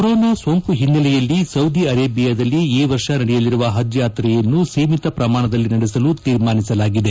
corona ಸೋಂಕು ಹಿನ್ನೆಲೆಯಲ್ಲಿ Saudi ಅರೆಬಿಯಾದಲ್ಲಿ ಈ ವರ್ಷ ನಡೆಯಲಿರುವ ಹಜ್ ಯಾತ್ರೆಯನ್ನು ಸೀಮಿತ ಪ್ರಮಾಣದಲ್ಲಿ ನಡೆಸಲು ತೀರ್ಮಾನಿಸಲಾಗಿದೆ